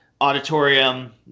auditorium